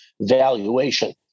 valuation